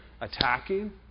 Attacking